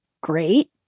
great